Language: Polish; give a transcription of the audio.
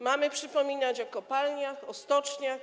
Mamy przypominać o kopalniach, o stoczniach.